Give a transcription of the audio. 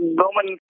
government